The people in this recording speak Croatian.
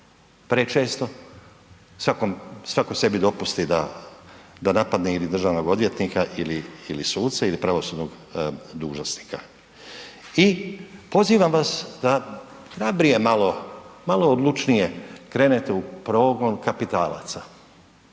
prečesto, svako sebi dopusti da napadne ili državnog odvjetnika ili suce ili pravosudnog dužnosnika i pozivam vas da hrabrije malo, malo odlučnije krenete u progon kapitalaca,